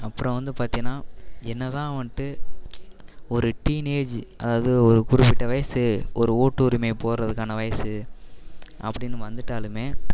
அப்புறோம் வந்து பார்த்தீங்கன்னா என்னதான் வந்துட்டு ஒரு டீனேஜ் அதாவது ஒரு குறிப்பிட்ட வயது ஒரு ஓட்டுரிமையை போடுறதுக்கான வயது அப்படின்னு வந்துவிட்டாலுமே